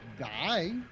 die